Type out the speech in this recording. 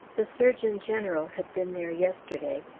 the surgeon-general had been there yesterday,